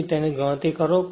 પછી તેની ગણતરી કરો